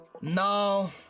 No